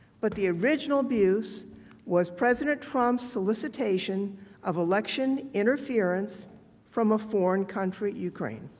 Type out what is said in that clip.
but the original abuse was president trump's solicitation of election interference from a foreign country, ukraine.